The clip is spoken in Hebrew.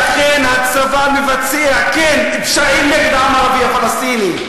אכן הצבא מבצע, כן, פשעים נגד העם הערבי הפלסטיני.